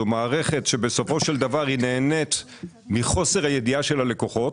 זו מערכת שבסופו של דבר היא נהנית מחוסר הידיעה של הלקוחות.